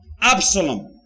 Absalom